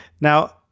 Now